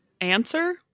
Answer